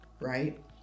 Right